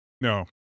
No